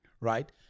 right